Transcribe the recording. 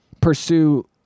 pursue